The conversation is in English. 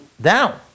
down